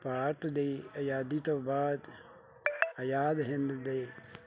ਭਾਰਤ ਦੀ ਆਜ਼ਾਦੀ ਤੋਂ ਬਾਅਦ ਆਜ਼ਾਦ ਹਿੰਦ ਦੇ